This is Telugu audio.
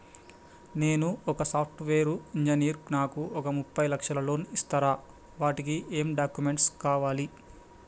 నేను ఒక సాఫ్ట్ వేరు ఇంజనీర్ నాకు ఒక ముప్పై లక్షల లోన్ ఇస్తరా? వాటికి ఏం డాక్యుమెంట్స్ కావాలి?